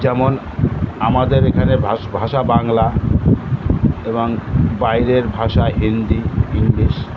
যেমন আমাদের এখানে ভাষা বাংলা এবং বাইরের ভাষা হিন্দি ইংলিশ